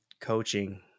coaching